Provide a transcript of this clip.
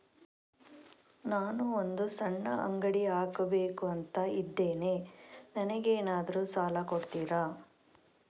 ನಾನು ಒಂದು ಸಣ್ಣ ಅಂಗಡಿ ಹಾಕಬೇಕುಂತ ಇದ್ದೇನೆ ನಂಗೇನಾದ್ರು ಸಾಲ ಕೊಡ್ತೀರಾ?